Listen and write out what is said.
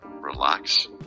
relax